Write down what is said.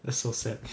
that's so sad